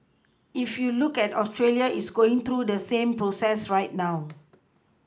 if you look at Australia it's going through the same process right now